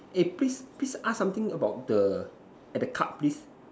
eh please please ask something about the at the card please